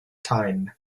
time